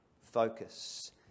focus